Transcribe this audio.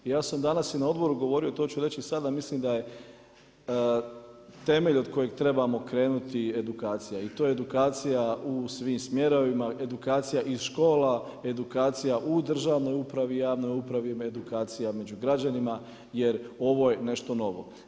Ja sam danas i na odboru govorio i to ću reći i sada, mislim da je temelj od kojeg trebamo krenuti edukacija i to edukacija u svim smjerovima, edukacija iz škola, edukacija u državnoj upravi, javnoj upravi, edukacija među građanima jer ovo je nešto novo.